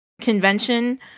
convention